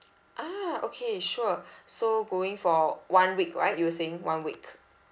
ah okay sure so going for one week right you were saying one week